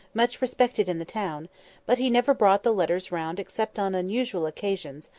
much respected in the town but he never brought the letters round except on unusual occasions,